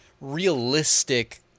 realistic